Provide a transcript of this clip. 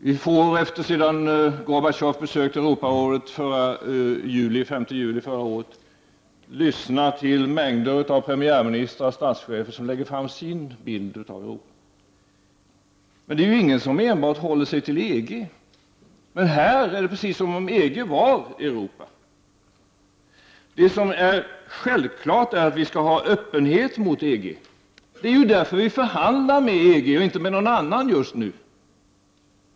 Vi får efter Gorbatjovs besök i Europarådet den 5 juli förra året lyssna till mängder av premiärministrar och statschefer som lägger fram sin bild av Europa. Men det är ingen som enbart håller sig till EG. Här i Sverige är det dock som om EG var Europa. Det är självklart att vi skall ha en öppenhet mot EG. Det är därför vi förhandlar med EG och inte med någon annan just nu.